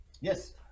Yes